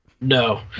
no